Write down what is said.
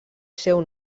seu